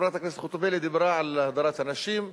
חברת הכנסת חוטובלי דיברה על הדרת נשים,